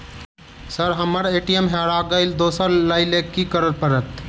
Sir हम्मर ATM हरा गइलए दोसर लईलैल की करऽ परतै?